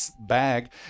bag